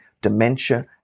dementia